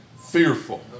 fearful